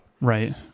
Right